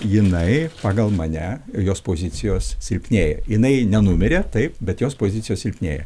jinai pagal mane jos pozicijos silpnėja jinai nenumirė taip bet jos pozicijos silpnėja